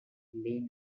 lynn